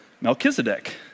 Melchizedek